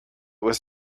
was